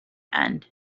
end